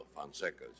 fonseca's